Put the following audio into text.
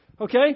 Okay